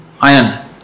iron